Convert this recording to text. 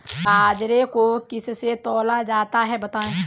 बाजरे को किससे तौला जाता है बताएँ?